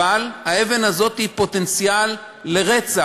אבל האבן הזאת היא פוטנציאל לרצח,